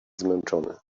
zmęczony